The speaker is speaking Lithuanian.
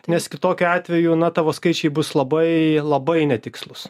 nes kitokiu atveju na tavo skaičiai bus labai labai netikslūs